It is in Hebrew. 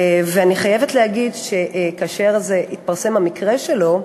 אני חייבת להגיד, כאשר התפרסם המקרה שלו,